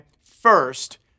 First